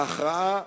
ההכרעה